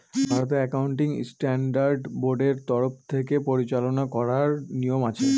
ভারতের accounting standard বোর্ডের তরফ থেকে পরিচালনা করার নিয়ম আছে